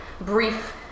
brief